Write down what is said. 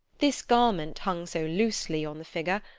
this garment hung so loosely on the figure,